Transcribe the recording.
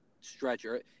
stretcher